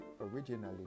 originally